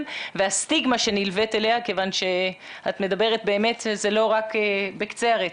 והסטיגמה שנלווית אליה כיוון שזה באמת לא רק בקצה הרצף.